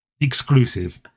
exclusive